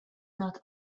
not